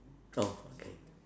oh okay